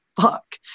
fuck